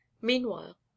meanwhile